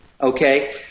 okay